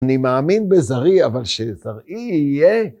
אני מאמין בזרעי אבל שזרעי יהיה...